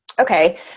Okay